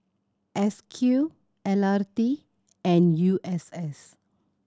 S Q L R T and U S S